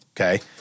okay